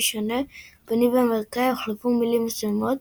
שונה בניב האמריקאי הוחלפו מילים מסוימות.